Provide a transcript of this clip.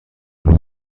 آلو